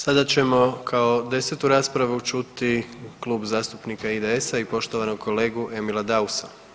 Sada ćemo kao desetu raspravu čuti Klub zastupnika IDS-a i poštovanog kolegu Emila Dausa.